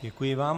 Děkuji vám.